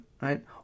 Right